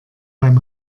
beim